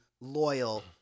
loyal